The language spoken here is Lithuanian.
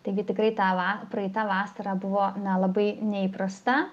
taigi tikrai ta va praeita vasara buvo na labai neįprasta